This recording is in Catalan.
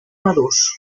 madurs